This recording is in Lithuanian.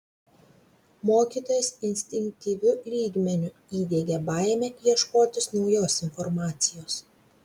mokytojas instinktyviu lygmeniu įdiegė baimę ieškotis naujos informacijos